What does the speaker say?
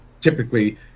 typically